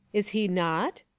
is he not?